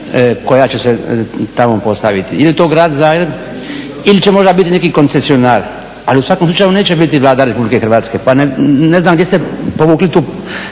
koja će se tamo postaviti. Ili je to grad Zagreb ili će možda biti neki koncesionar, ali u svakom slučaju neće biti Vlada Republike Hrvatske. Pa ne znam gdje ste povukli tu,